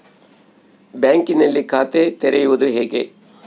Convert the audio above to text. ಬ್ಯಾಂಕಿನಲ್ಲಿ ಖಾತೆ ತೆರೆಯುವುದು ಹೇಗೆ?